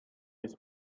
his